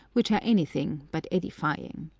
which are any thing but edifying.